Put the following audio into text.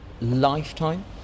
lifetime